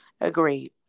Agreed